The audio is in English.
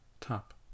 top